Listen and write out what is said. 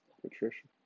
Patricia